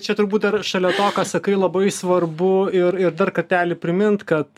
čia turbūt dar šalia to ką sakai labai svarbu ir ir dar kartelį primint kad